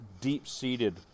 deep-seated